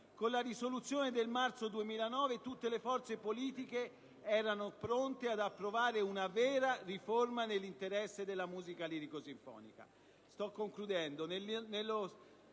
Con la risoluzione del marzo 2009 tutte le forze politiche erano pronte ad approvare una vera riforma nell'interesse della musica lirico-sinfonica,